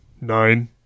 Nine